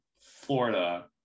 Florida